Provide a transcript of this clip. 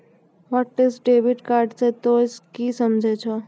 hotlist debit card से तोंय की समझे छौं